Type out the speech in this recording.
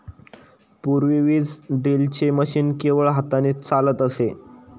पूर्वी बीज ड्रिलचे मशीन केवळ हाताने चालत असे